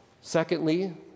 Secondly